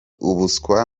ubuswa